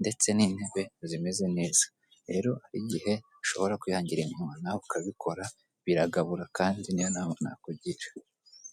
ndetse n'intebe zimeze neza, rero igihe ushobora kwihangira imirimo nawe ukabikora biragabura kandi niyo nama nakugira.